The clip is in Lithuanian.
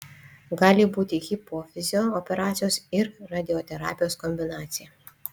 gali būti hipofizio operacijos ir radioterapijos kombinacija